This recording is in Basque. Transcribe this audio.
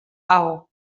hau